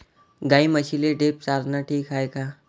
गाई म्हशीले ढेप चारनं ठीक हाये का?